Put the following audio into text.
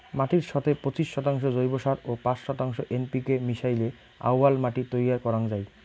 মাটির সথে পঁচিশ শতাংশ জৈব সার ও পাঁচ শতাংশ এন.পি.কে মিশাইলে আউয়াল মাটি তৈয়ার করাং যাই